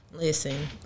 Listen